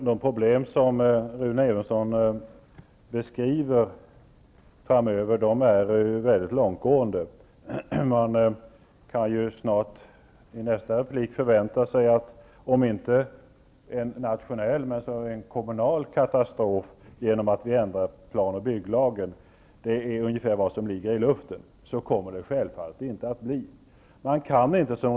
Fru talman! Rune Evenssons beskrivning av de problem som skulle uppstå framöver är väldigt långtgående. I nästa replik blir det kanske tal om visserligen inte en nationell men dock en kommunal katastrof till följd av att vi ändrar planoch bygglagen. Det är väl ungefär vad som ligger i luften. Självfallet kommer det inte att bli på det sätt som Rune Evensson här beskriver det hela.